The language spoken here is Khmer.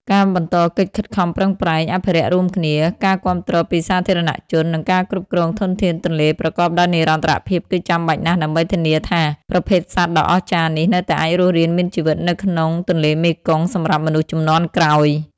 ការបន្តកិច្ចខិតខំប្រឹងប្រែងអភិរក្សរួមគ្នា ការគាំទ្រពីសាធារណជន និងការគ្រប់គ្រងធនធានទន្លេប្រកបដោយនិរន្តរភាពគឺចាំបាច់ណាស់ដើម្បីធានាថាប្រភេទសត្វដ៏អស្ចារ្យនេះនៅតែអាចរស់រានមានជីវិតនៅក្នុងទន្លេមេគង្គសម្រាប់មនុស្សជំនាន់ក្រោយ។